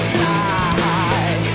die